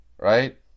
Right